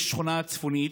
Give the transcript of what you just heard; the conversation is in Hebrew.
יש שכונה צפונית.